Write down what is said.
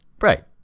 Right